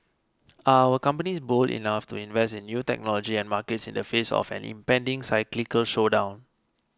are our companies bold enough to invest in new technology and markets in the face of an impending cyclical slowdown